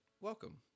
welcome